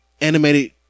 animated